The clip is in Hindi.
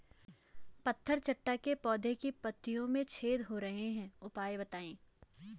पत्थर चट्टा के पौधें की पत्तियों में छेद हो रहे हैं उपाय बताएं?